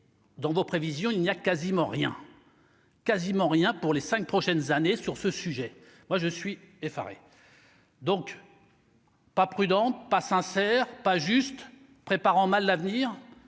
dans vos prévisions, il n'y a quasiment rien quasiment rien pour les 5 prochaines années sur ce sujet, moi je suis effaré. Donc. Pas prudent pas sincère, pas juste préparant mal l'avenir